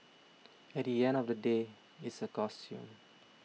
at the end of the day it's a costume